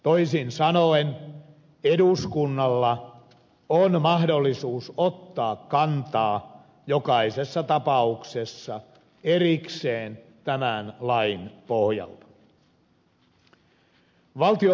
toisin sanoen eduskunnalla on mahdollisuus ottaa kantaa jokaisessa tapauksessa erikseen tämän lain pohjalta